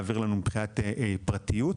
מבחינת פרטיות,